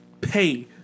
pay